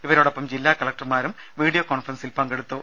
ഇവരോടൊപ്പം ജില്ലാ കലക്ടർമാരും വീഡിയോ കോൺഫറൻസിൽ പങ്കെടുത്തു